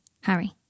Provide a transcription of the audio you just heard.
Harry